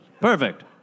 Perfect